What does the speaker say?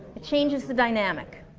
it changes the dynamic